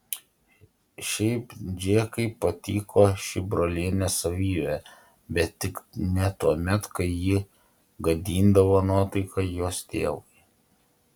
šiaip džekai patiko ši brolienės savybė bet tik ne tuomet kai ji gadindavo nuotaiką jos tėvui